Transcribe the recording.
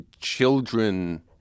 children